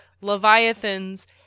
leviathans